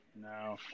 No